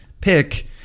pick